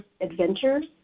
Adventures